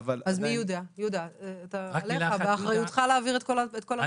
יהודה, באחריותך להעביר את כל הנתונים.